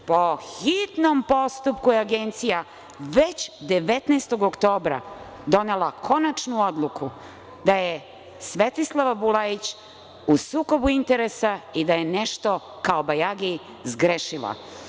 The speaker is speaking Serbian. Po hitnom postupku je Agencija već 19. oktobra donela konačnu odluku da je Svetislava Bulajić u sukobu interesa i da je nešto, kao bajagi, zgrešila.